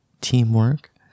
teamwork